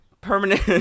permanent